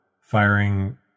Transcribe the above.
firing